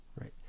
right